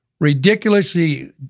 ridiculously